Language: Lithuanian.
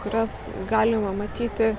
kurias galima matyti